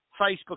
Facebook